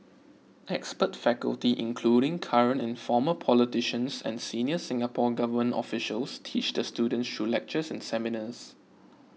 expert faculty including current and former politicians and senior Singapore Government officials teach the students through lectures and seminars